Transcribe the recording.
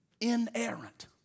inerrant